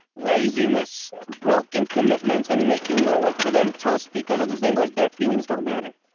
laziness, broken commitments, and making more work for them tell speakers of this language their feelings don't matter.